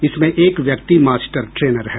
इसमें एक व्यक्ति मास्टर ट्रेनर है